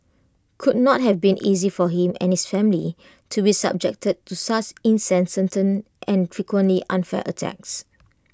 could not have been easy for him and his family to be subjected to such incessant turn and frequently unfair attacks